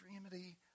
extremity